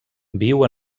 viu